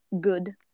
good